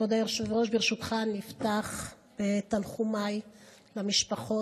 כבוד היושב-ראש, ברשותך אני אפתח בתנחומיי למשפחות